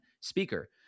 speaker